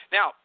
Now